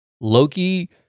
Loki